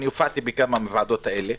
הופעתי בכמה מהוועדות האלה,